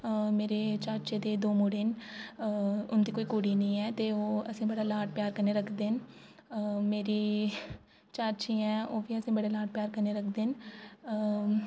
मेरे चाचे दे दो मुड़े न उन्दी कोई कुड़ी नी ऐ ते ओह् असें बड़ा लाड प्यार कन्नै रखदे न मेरी चाचियां न उब्बी असें बड़े लाड प्यार कन्नै रखदे न